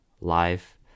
live